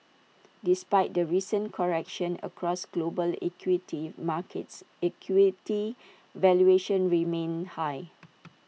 despite the recent correction across global equity markets equity valuations remain high